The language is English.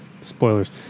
Spoilers